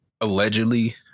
allegedly